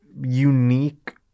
unique